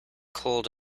cold